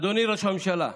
אדוני ראש הממשלה,